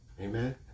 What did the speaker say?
Amen